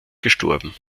gestorben